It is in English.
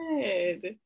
good